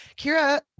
Kira